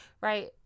right